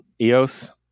Eos